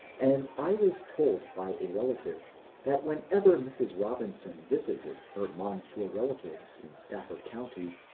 and i was told by a relative that whenever mrs. robinson visited her moncure relatives in stafford county,